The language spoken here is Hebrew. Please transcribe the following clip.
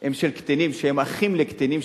הם של קטינים שהם אחים לקטינים,